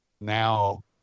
now